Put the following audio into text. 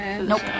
Nope